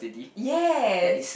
yes